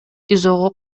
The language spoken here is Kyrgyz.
тизого